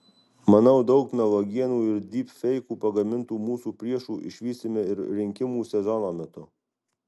manau daug melagienų ir dypfeikų pagamintų mūsų priešų išvysime ir rinkimų sezono metu